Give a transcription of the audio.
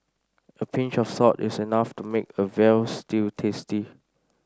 a pinch of salt is enough to make a veal stew tasty